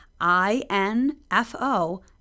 I-N-F-O